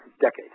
decades